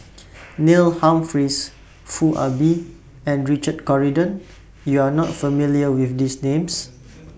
Neil Humphreys Foo Ah Bee and Richard Corridon YOU Are not familiar with These Names